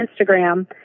Instagram